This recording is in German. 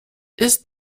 ist